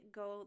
go